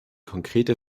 konkrete